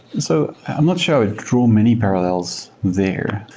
so i'm not sure i would draw many parallels there.